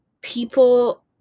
people